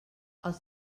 els